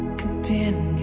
continue